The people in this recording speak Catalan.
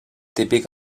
típic